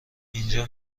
اینجا